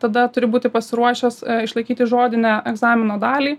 tada turi būti pasiruošęs išlaikyti žodinę egzamino dalį